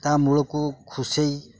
ତା ମୂଳକୁ ଖୁସେଇ